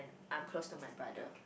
I'm close to my brother